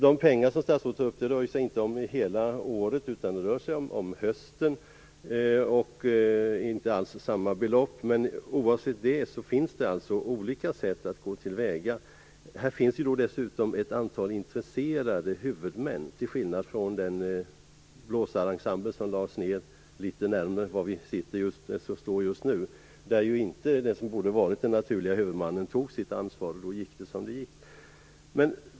De pengar som statsrådet tar upp gäller inte för hela året. Det rör sig om hösten, och det är inte alls samma belopp. Det finns, oavsett detta, olika sätt att gå till väga. Det finns dessutom ett antal intresserade huvudmän. Det är skillnad jämfört med hur det var med den blåsensemble som lades ner som, i förhållande till var jag står just nu, fanns på litet närmare håll. I det fallet tog inte den som borde ha varit den naturliga huvudmannen sitt ansvar. Då gick det som det gick.